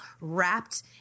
wrapped